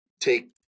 take